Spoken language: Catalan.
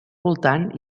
voltant